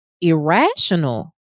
irrational